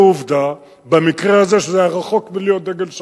בעובדה, במקרה הזה, שזה היה רחוק מלהיות דגל שחור,